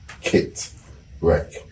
Kit-wreck